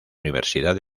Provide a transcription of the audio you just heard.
universidad